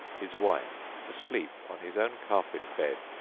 his wife, asleep on his own carpet bed,